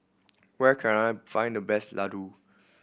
where can I find the best laddu